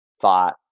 thought